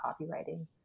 copywriting